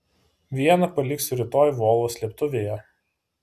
vieną paliksiu rytoj volvo slėptuvėje